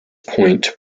point